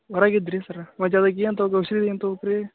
ಹೊರಗಿದ್ರಿ ಸರ್ರ ಏನು ತೊಗೋ ಔಷಧಿ ಏನು ತೊಗೋಬೇಕು ರೀ